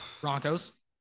Broncos